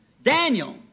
Daniel